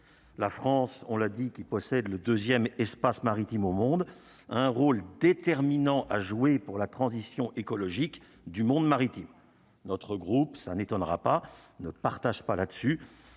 La France, on l'a dit qu'il possède le 2ème espace maritime au monde, un rôle déterminant à jouer pour la transition écologique du monde maritime notre groupe ça n'étonnera pas, ne partage pas là-dessus,